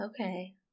Okay